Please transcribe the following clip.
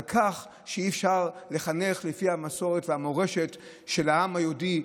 על כך שאי-אפשר לחנך לפי המסורת והמורשת של העם היהודי,